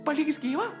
paliks gyvą